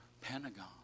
Pentagon